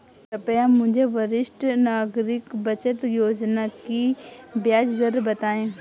कृपया मुझे वरिष्ठ नागरिक बचत योजना की ब्याज दर बताएं